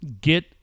get